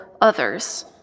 others